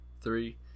three